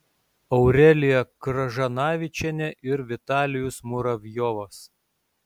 aurelija kržanavičienė ir vitalijus muravjovas